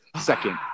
Second